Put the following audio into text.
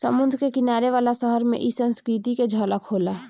समुंद्र के किनारे वाला शहर में इ संस्कृति के झलक होला